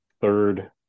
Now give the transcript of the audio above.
third